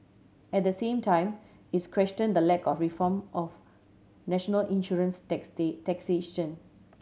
at the same time its questioned the lack of reform of national insurance taxation